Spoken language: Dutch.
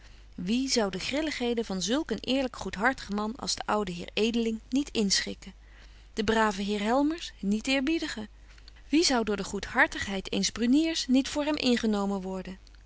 wie zou de grilligheden van zulk een eerlyk goedhartig man als den ouden heer edeling niet inschikken den braven heer helmers niet eerbiedigen wie zou door de goedhartigheid eens bruniers niet voor hem ingenomen worden